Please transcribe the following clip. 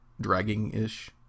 dragging-ish